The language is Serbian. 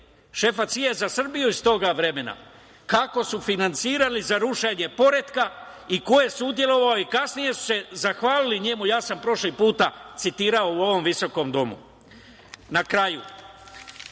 šefa CIA za Srbiju iz tog vremena, kako su finansirali za rušenje poretka i ko je učestvovao i kasnije su se zahvalili njemu. Ja sam prošli put citirao u ovom visokom domu. Na kraju,